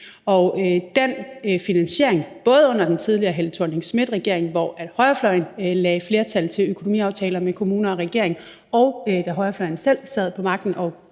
på et plejehjem. Både under den tidligere Helle Thorning-Schmidt-regering, hvor højrefløjen lagde flertal til økonomiaftaler med kommunerne og regeringen, og da højrefløjen selv sad på magten og